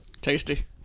tasty